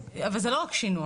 אבל זה לא רק שינוע.